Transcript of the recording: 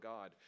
God